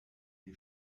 die